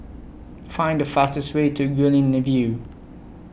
Find The fastest Way to Guilin The View